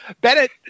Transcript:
Bennett